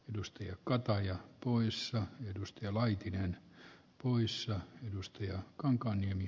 edustajia kaataia oyssä edusti laitinen puissa mustia kankaanniemi